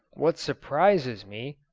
what surprises me,